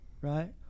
right